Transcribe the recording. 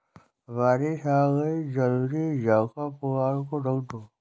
बारिश आ गई जल्दी जाकर पुआल को ढक दो